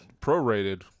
prorated